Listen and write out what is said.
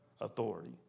authority